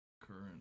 current